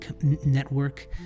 network